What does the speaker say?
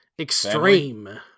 Extreme